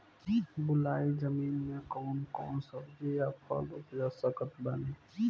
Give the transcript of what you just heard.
बलुई जमीन मे कौन कौन सब्जी या फल उपजा सकत बानी?